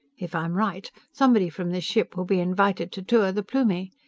if i'm right, somebody from this ship will be invited to tour the plumie!